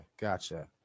gotcha